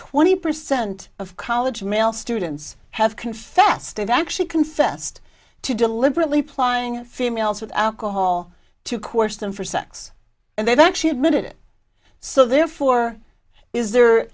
twenty percent of college male students have confessed and actually confessed to deliberately plying females with alcohol to coerce them for sex and they've actually admitted it so therefore is their